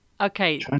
Okay